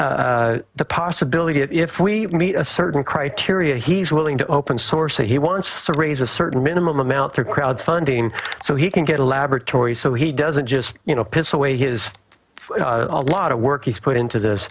the possibility that if we meet a certain criteria he's willing to open source that he wants to raise a certain minimum amount to crowd funding so he can get a laboratory so he doesn't just you know piss away his a lot of work he's put into this